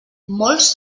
molts